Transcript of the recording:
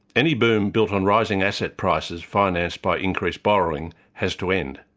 any boom built on rising asset prices financed by increased borrowing, has to end.